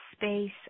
Space